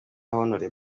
hon